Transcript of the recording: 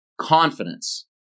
confidence